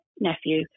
Nephew